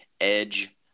edge